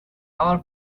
our